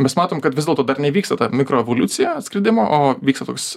mes matom kad vis dėlto dar nevyksta ta mikroevoliucija atskridimo o vyksta toks